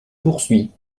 poursuis